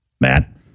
matt